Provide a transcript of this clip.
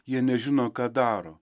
jie nežino ką daro